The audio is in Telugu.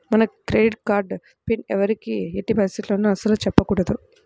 మన క్రెడిట్ కార్డు పిన్ ఎవ్వరికీ ఎట్టి పరిస్థితుల్లోనూ అస్సలు చెప్పకూడదు